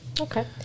Okay